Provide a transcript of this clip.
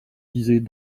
disait